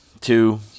two